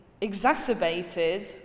exacerbated